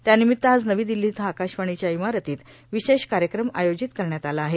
त्यानिमित्त आज नवी दिल्ली इथं आकाशवाणीच्या इमारतीत विशेष कार्यक्रम आयोजित करण्यात आला आहे